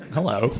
Hello